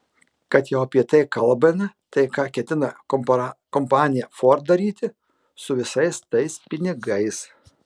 kad jau apie tai kalbame tai ką ketina kompanija ford daryti su visais tais pinigais